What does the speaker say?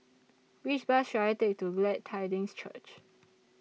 Which Bus should I Take to Glad Tidings Church